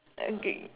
agree